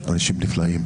אתם אנשים נפלאים,